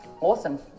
awesome